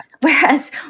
Whereas